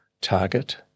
target